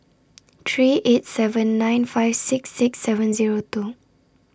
three eight seven nine five six six seven Zero two